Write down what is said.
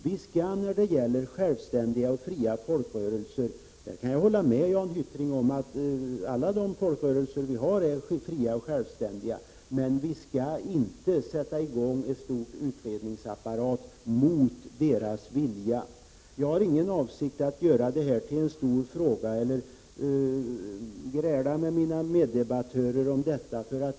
Vi skall när det gäller självständiga och fria folkrörelser — jag håller med Jan Hyttring om att alla de folkrörelser vi har är fria och självständiga — inte sätta i gång en stor utredningsapparat mot deras vilja. Jag har inte för avsikt att göra detta till en stor fråga eller att gräla med mina meddebattörer om detta.